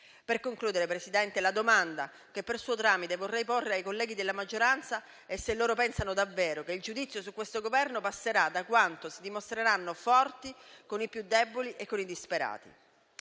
Per concludere, signor Presidente, la domanda che - per suo tramite - vorrei porre ai colleghi della maggioranza è se pensano davvero che il giudizio su questo Governo passerà da quanto si dimostreranno forti con i più deboli e con i disperati.